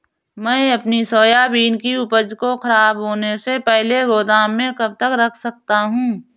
मैं अपनी सोयाबीन की उपज को ख़राब होने से पहले गोदाम में कब तक रख सकता हूँ?